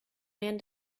man